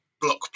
block